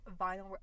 vinyl